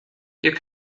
you